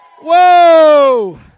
Whoa